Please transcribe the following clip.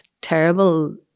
terrible